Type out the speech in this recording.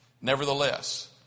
nevertheless